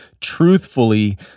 truthfully